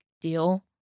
deal